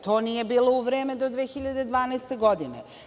To nije bilo u vreme do 2012. godine.